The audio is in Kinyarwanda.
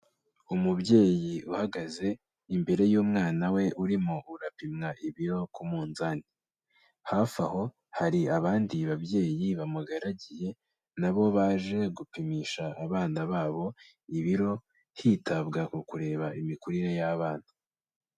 Umubyeyi uhagaze imbere y'umwana we uririmo apimwa ibiro ku munzani, hafi aho hari abandi babyeyi bamugaragiye na bo baje gupimisha abana babo ibiro hitabwa ku kureba imikurire y'abana.